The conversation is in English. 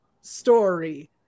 story